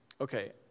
okay